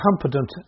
competent